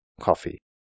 coffee